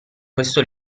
questo